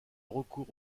recours